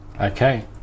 Okay